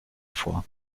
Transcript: vor